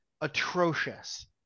atrocious